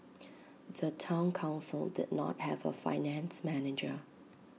the Town Council did not have A finance manager